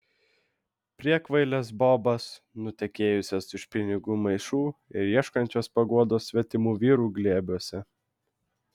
priekvailes bobas nutekėjusias už pinigų maišų ir ieškančias paguodos svetimų vyrų glėbiuose